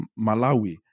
Malawi